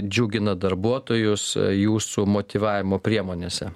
džiugina darbuotojus jūsų motyvavimo priemonėse